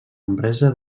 empresa